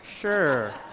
sure